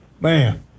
man